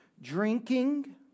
drinking